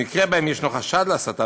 במקרים שבהם יש חשד להסתה